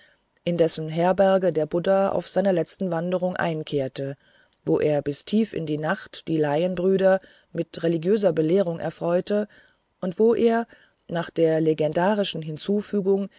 in dessen herberge der buddha auf seiner letzten wanderung einkehrte wo er bis tief in die nacht die laienbrüder mit religiöser belehrung erfreute und wo er nach der legendarischen hinzufügung